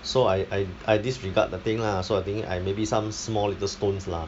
so I I I disregard the thing lah so I thinking !aiya! maybe some small little stones lah